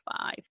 five